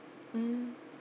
mm